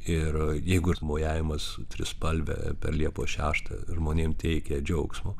ir jeigu mojavimas trispalve per liepos šeštą žmonėm teikia džiaugsmo